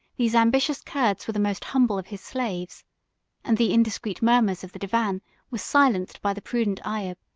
these ambitious curds were the most humble of his slaves and the indiscreet murmurs of the divan were silenced by the prudent ayub,